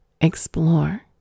explore